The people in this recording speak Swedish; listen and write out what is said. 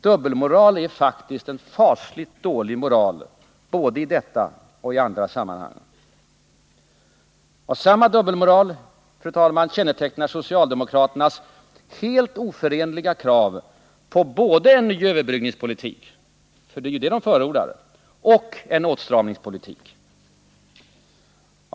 Dubbelmoral är faktiskt en fasligt dålig moral både i detta och i andra sammanhang. Samma dubbelmoral, fru talman, kännetecknar socialdemokraternas helt oförenliga krav på både en ny överbryggningspolitik — det är ju det man förordar — och en åtstramningspolitik.